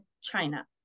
China